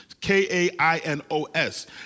K-A-I-N-O-S